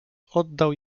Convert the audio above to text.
oddał